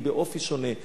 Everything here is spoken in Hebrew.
היא באופי שונה,